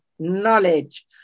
knowledge